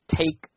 take